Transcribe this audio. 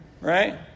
right